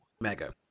mega